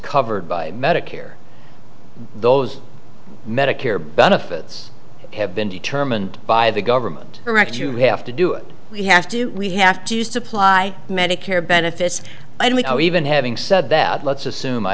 covered by medicare those medicare benefits have been determined by the government correct you have to do it we have to we have to supply medicare benefits and we are even having said that let's assume i